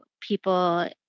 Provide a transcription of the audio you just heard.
people